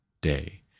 day